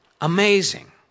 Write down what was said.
Amazing